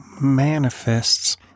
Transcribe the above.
manifests